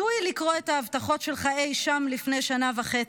הזוי לקרוא את ההבטחות שלך אי שם לפני שנה וחצי.